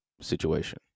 situation